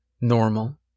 normal